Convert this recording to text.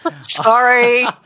Sorry